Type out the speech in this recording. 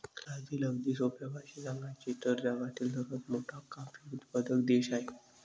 Brazil, अगदी सोप्या भाषेत सांगायचे तर, जगातील सर्वात मोठा कॉफी उत्पादक देश आहे